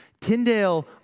Tyndale